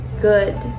good